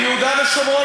ביהודה ושומרון,